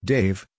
Dave